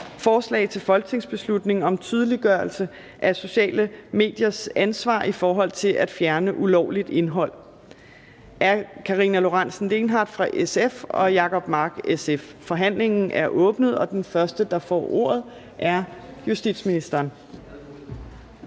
Forslag til folketingsbeslutning om tydeliggørelse af sociale mediers ansvar i forhold til at fjerne ulovligt indhold. Af Karina Lorentzen Dehnhardt (SF) og Jacob Mark (SF). (Fremsættelse 27.02.2020). 13) 1. behandling af beslutningsforslag